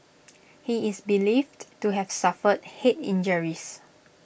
he is believed to have suffered Head injuries